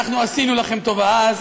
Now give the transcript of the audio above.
אנחנו עשינו לכם טובה אז,